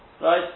Right